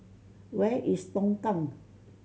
where is Tongkang